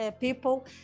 people